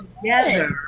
together